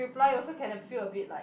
reply also can feel a bit like